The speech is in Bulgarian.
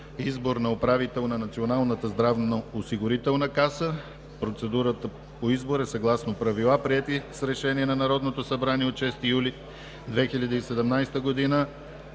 Избор на управител на Националната здравноосигурителна каса. Процедурата по избор е съгласно правила, приети с Решение на Народното събрание от 6 юли 2017 г.